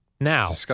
Now